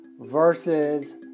versus